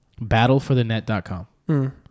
Battleforthenet.com